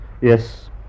Yes